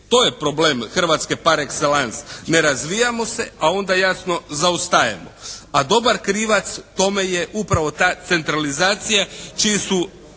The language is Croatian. To je problem Hrvatske par exellence. Ne razvijamo se, a onda jasno zaostajemo. A dobar krivac tome je upravo ta centralizacija čiji su